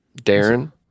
Darren